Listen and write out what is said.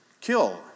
kill